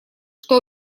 что